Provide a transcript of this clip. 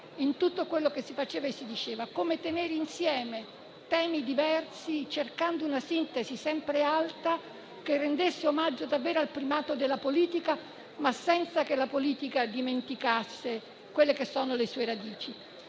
in tutto quello che si faceva e si diceva; come tenere insieme temi diversi, cercando una sintesi sempre alta, che rendesse omaggio davvero al primato della politica, ma senza che la politica dimenticasse le sue radici.